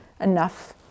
enough